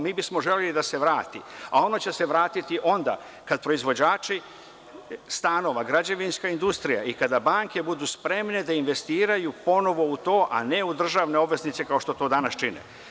Mi bismo želeli da se vrati, a ono će se vratiti onda kada proizvođači stanova, građevinska industrija i kada banke budu spremne da investiraju ponovo u to, a ne u državne obveznice, kao što to danas čine.